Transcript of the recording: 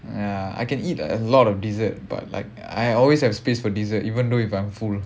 ya I can eat a lot of dessert but like I always have space for dessert even though if I'm full